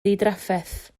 ddidrafferth